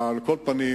על כל פנים,